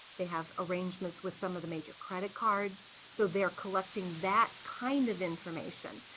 they have arrangements with some of the major credit cards, so they're collecting that kind of information.